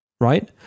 right